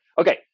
Okay